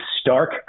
stark